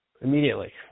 immediately